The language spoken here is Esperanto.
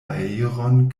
aeron